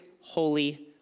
holy